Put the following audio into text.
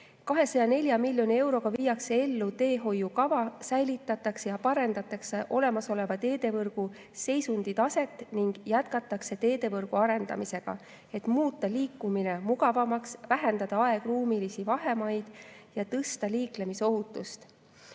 204 miljoni euroga viiakse ellu teehoiukava, säilitatakse ja parendatakse olemasoleva teevõrgu seisundi taset ning jätkatakse teevõrgu arendamist, et muuta liikumine mugavamaks, vähendada aegruumilisi vahemaid ja tõsta liiklemise